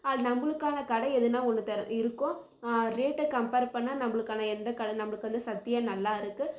அது நம்மளுக்கான கடை எதுனால் ஒன்று தெற இருக்கும் ரேட்டை கம்ப்பேர் பண்ணால் நம்மளுக்கான எந்தக் கடை நம்மளுக்கு வந்து சத்யா நல்லா இருக்குது